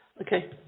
okay